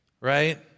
right